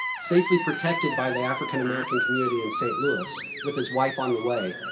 safely protected by the african american community in st. louis with his wife on the way,